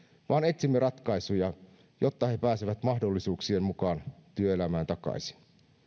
vaan etsimme ratkaisuja jotta he pääsevät mahdollisuuksien mukaan työelämään takaisin